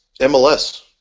MLS